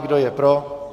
Kdo je pro?